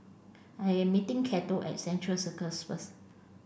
I am meeting Cato at Central Circus first